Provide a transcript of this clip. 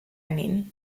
mean